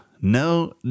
no